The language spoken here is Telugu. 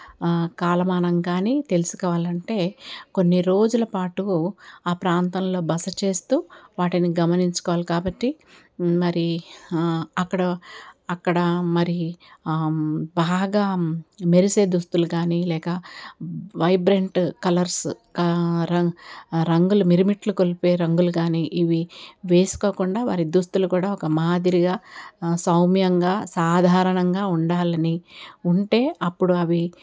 కాలమానం కానీ తెలుసుకోవాలంటే కొన్ని రోజులపాటు ఆ ప్రాంతంలో బస చేస్తూ వాటిని గమనించుకోవాలి కాబట్టి మరి అక్కడ అక్కడ మరి బాగా మెరిసే దుస్తులు కానీ లేక వైబ్రేన్ట్ కలర్స్ రం రంగులు మిరమిట్లు కొలిపే రంగులు కానీ ఇవి వేస్ట్ కాకుండా వారి దుస్తులు కూడా ఒక మాదిరిగా సౌమ్యంగా సాధారణంగా ఉండాలని ఉంటే అప్పుడు అవి